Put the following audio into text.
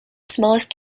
smallest